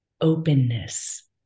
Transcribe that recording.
openness